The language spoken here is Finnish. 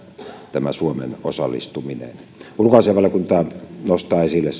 tämä suomen osallistuminen ulkoasiainvaliokunta nostaa esille